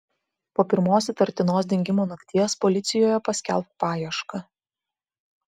po pirmos įtartinos dingimo nakties policijoje paskelbk paiešką